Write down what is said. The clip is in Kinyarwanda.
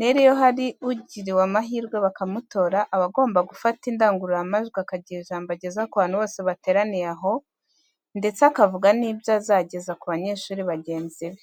Rero iyo hari ugiriwe amahirwe bakamutora aba agomba gufata indangururamajwi akagira ijambo ageza ku bantu bose bateraniye aho ndetse akavuga n'ibyo azageza ku banyeshuri bagenzi be.